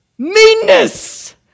meanness